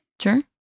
Sure